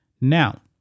Now